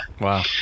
Wow